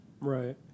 Right